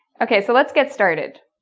okay, so let's get started.